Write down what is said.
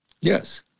Yes